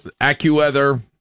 AccuWeather